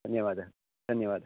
धन्यवादः धन्यवादः